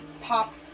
pop